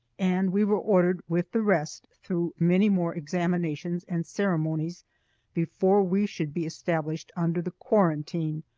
and we were ordered with the rest through many more examinations and ceremonies before we should be established under the quarantine,